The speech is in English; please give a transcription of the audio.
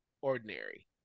ordinary